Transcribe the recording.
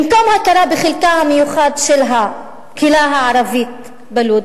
במקום הכרה בחלקה המיוחד של הקהילה הערבית בלוד,